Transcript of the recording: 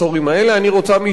אני רוצה מישהו אחר,